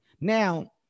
now